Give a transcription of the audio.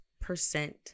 percent